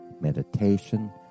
meditation